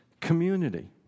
community